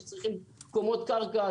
שצריכים קומות קרקע,